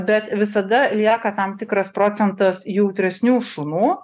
bet visada lieka tam tikras procentas jautresnių šunų